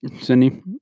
Cindy